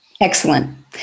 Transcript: excellent